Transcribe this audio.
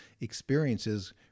experiences